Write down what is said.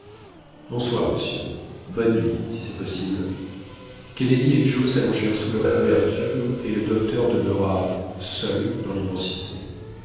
bonsoir monsieur bonne nuit si c'est possible kennedy et joe s'allongèrent sous leurs couvertures et le docteur demeura seul dans l'immensité